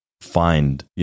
find